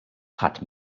ħadd